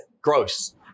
Gross